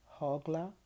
Hogla